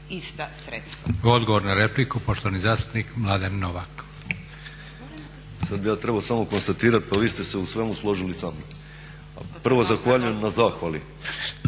ista sredstva.